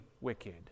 wicked